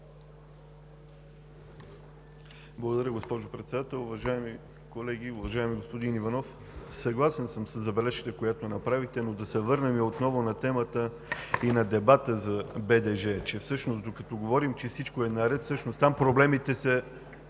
Благодаря, госпожо Председател. Уважаеми колеги, уважаеми господин Иванов! Съгласен съм със забележката, която направихте, но да се върнем отново на темата и на дебата за БДЖ, че докато говорим, че всичко е наред, всъщност там проблемите са